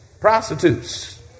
Prostitutes